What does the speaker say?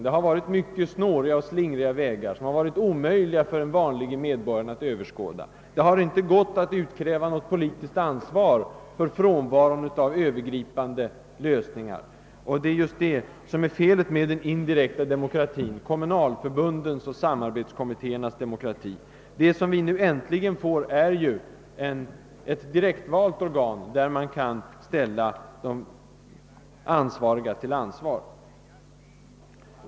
Det har varit mycket snåriga och slingriga vägar, som varit omöjliga att överskåda för den vanliga medborgaren, och det har inte gått att utkräva något politiskt ansvar för frånvaron av övergripande lösningar. Det är just det som är felet med den indirekta demokratin, kommunalförbundens och samarbetskommittéernas demokrati. Det som vi nu äntligen får till stånd är ju ett direktvalt organ där de ansvariga kan ställas till ansvar.